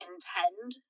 Intend